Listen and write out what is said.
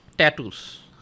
Tattoos